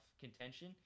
contention